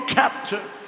captive